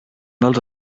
dels